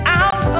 out